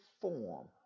form